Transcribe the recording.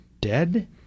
dead